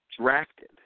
drafted